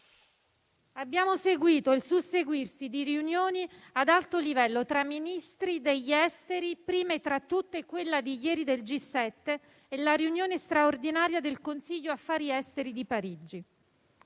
Abbiamo seguito il susseguirsi di riunioni ad alto livello tra Ministri degli esteri, prime tra tutte quella di ieri del G7, e la riunione straordinaria del Consiglio degli affari esteri di Parigi.